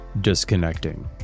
disconnecting